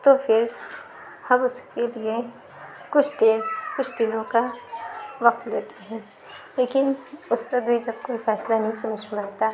تو پھر ہم اُس کے لیے کچھ دیر کچھ دِنوں کا وقت لیتے ہیں لیکن اُس سے بھی جب کوئی فیصلہ نہیں سمجھ میں آتا